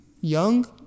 young